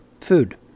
food